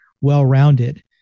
well-rounded